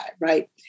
right